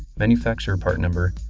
manufacturer part number,